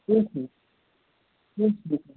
کیٚنٛہہ چھُنہٕ کیٚنٛہہ چھُنہٕ